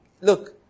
look